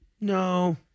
No